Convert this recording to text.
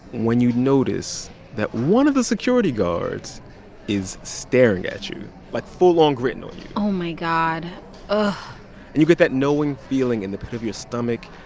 when you notice that one of the security guards is staring at you. like, full-on gritting on you oh, my god and you get that knowing feeling in the pit of your stomach.